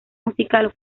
musical